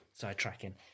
side-tracking